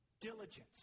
diligence